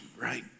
right